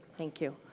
thank you.